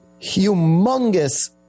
humongous